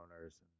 owners